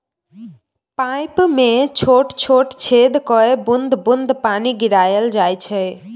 pipe मे छोट छोट छेद कए बुंद बुंद पानि गिराएल जाइ छै